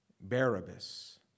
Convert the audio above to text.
Barabbas